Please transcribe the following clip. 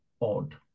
odd